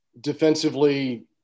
Defensively